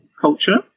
culture